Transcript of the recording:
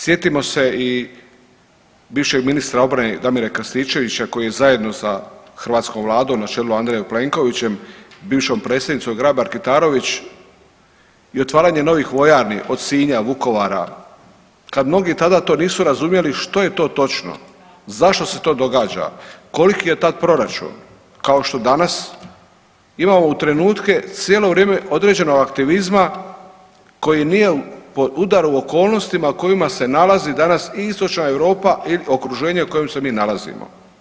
Sjetimo se i bivšeg ministra obrane Damira Krstičevića koji je zajedno sa hrvatskom Vladom na čelu sa Andrejom Plenkovićem, bivšom predsjednicom Grabar Kitarović i otvaranje novih vojarni od Sinja, Vukovara kad mnogi to tada nisu razumjeli što je to točno, zašto se to događa, koliki je tad proračun kao što danas imamo trenutke cijelo vrijeme određenog aktivizma koji nije pod udarom okolnostima u kojima se nalazi danas i istočna Europa i okruženje u kojem se mi nalazimo.